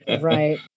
Right